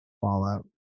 fallout